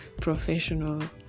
professional